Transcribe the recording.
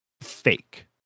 fake